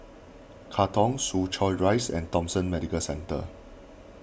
Katong Soo Chow Rise and Thomson Medical Centre